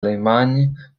limagne